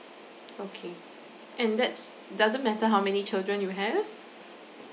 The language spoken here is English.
okay and that's doesn't matter how many children you have